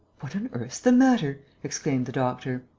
what on earth's the matter? exclaimed the doctor.